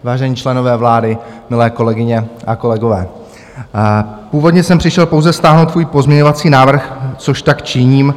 Vážení členové vlády, milé kolegyně a kolegové, původně jsem přišel pouze stáhnout svůj pozměňovací návrh, což tak činím.